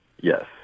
Yes